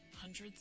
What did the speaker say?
Hundreds